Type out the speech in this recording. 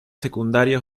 secundaria